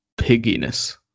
pigginess